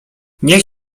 niech